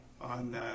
on